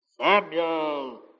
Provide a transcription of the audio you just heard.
Samuel